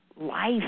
life